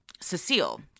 Cecile